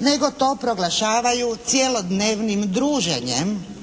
nego to proglašavaju cjelodnevnim druženjem